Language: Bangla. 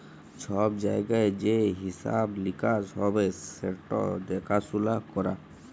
ছব জায়গায় যে হিঁসাব লিকাস হ্যবে সেট দ্যাখাসুলা ক্যরা